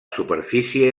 superfície